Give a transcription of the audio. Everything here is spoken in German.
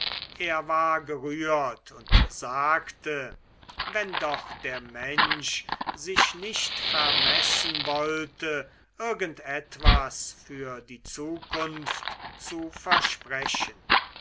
er war gerührt und sagte wenn doch der mensch sich nicht vermessen wollte irgend etwas für die zukunft zu versprechen